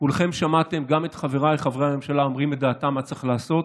כולכם שמעתם גם את חבריי חברי הממשלה אומרים את דעתם מה צריך לעשות.